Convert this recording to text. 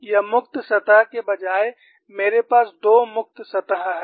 एक मुक्त सतह के बजाय मेरे पास दो मुक्त सतह हैं